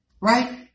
right